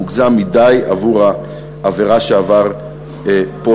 מוגזם מדי עבור העבירה שעבר פולארד.